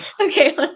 Okay